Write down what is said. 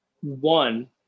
One